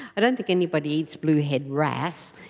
i don't think anybody eats bluehead wrasse,